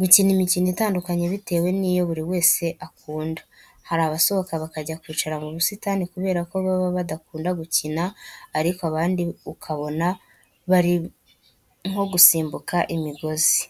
gukina imikino itandukanye bitewe n'iyo buri wese akunda. Hari abasohoka bakajya kwicara mu busitani kubera ko baba badakunda gukina, ariko abandi ukabona bari nko gusimbuka imigozi.